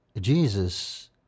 Jesus